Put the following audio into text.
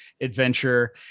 adventure